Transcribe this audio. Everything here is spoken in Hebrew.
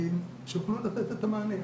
שיוכלו לתת את המענה.